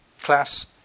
class